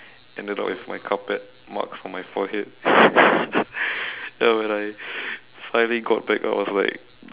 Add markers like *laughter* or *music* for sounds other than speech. ended up with my carpet marks on my forehead *laughs* then when I finally got back up I was like